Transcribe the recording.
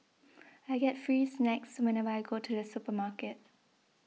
I get free snacks whenever I go to the supermarket